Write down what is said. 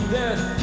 death